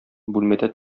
бүлмәдә